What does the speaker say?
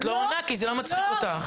את לא עונה כי זה לא מצחיק אותך.